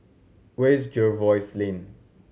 where is Jervois Lane